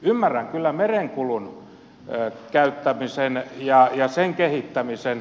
ymmärrän kyllä merenkulun käyttämisen ja sen kehittämisen